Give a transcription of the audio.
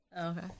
Okay